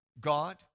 God